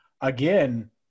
again